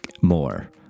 more